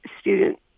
student